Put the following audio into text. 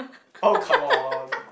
oh come on